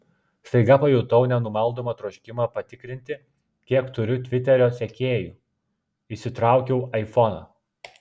staiga pajutau nenumaldomą troškimą patikrinti kiek turiu tviterio sekėjų išsitraukiau aifoną